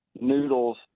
noodles